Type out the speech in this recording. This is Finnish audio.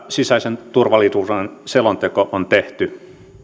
sisäisen turvallisuuden selonteko on tehty